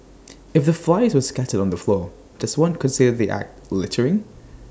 if the flyers were scattered on the floor does one consider the act littering